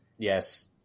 Yes